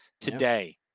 today